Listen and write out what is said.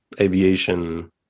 aviation